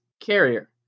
Carrier